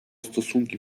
stosunki